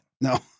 No